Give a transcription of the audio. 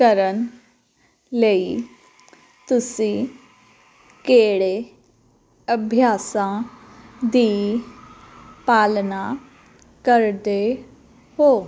ਕਰਨ ਲਈ ਤੁਸੀਂ ਕਿਹੜੇ ਅਭਿਆਸਾਂ ਦੀ ਪਾਲਣਾ ਕਰਦੇ ਹੋ